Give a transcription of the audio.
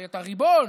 את הריבון,